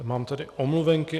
Mám tady omluvenky.